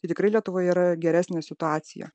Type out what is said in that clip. tai tikrai lietuvoje yra geresnė situacija